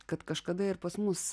kad kažkada ir pas mus